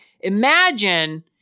Imagine